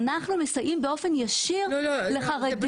אנחנו מסייעים באופן ישיר לחרדים שמעוניינים להשתלב.